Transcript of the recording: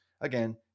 again